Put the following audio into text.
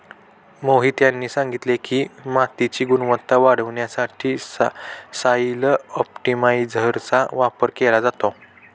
मोहित यांनी सांगितले की, मातीची गुणवत्ता वाढवण्यासाठी सॉइल ऑप्टिमायझरचा वापर केला जातो